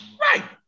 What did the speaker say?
Right